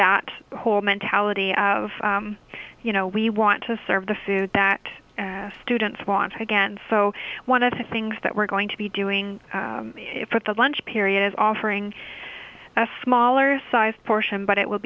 that whole mentality of you know we want to serve the food that students want to again so one of the things that we're going to be doing for the lunch period is offering a smaller sized portion but it will